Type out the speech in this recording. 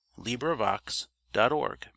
LibriVox.org